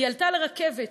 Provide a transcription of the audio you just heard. היא עלתה לרכבת,